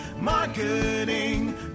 Marketing